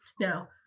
Now